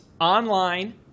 online